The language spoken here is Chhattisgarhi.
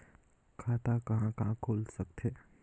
खाता कहा कहा खुल सकथे?